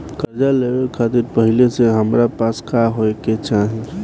कर्जा लेवे खातिर पहिले से हमरा पास का होए के चाही?